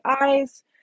eyes